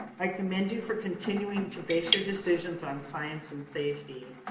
i commend you for continuing to base your decisions on science and safety.